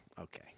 Okay